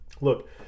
Look